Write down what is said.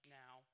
now